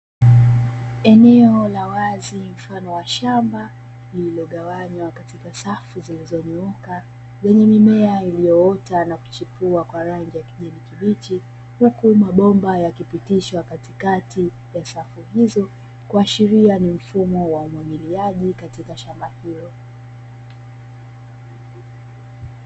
Eneo la wazi mfano wa shamba lililogawanywa katika safu zilizonyooka lenye mimea, iliyoota na kuchipua kwa rangi ya kijani kibichi huku mabomba yakipitishwa katikati ya safu hizo kuashiria ni mfumo wa umwagiliaji katika shamba hilo.